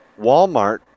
Walmart